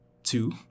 Two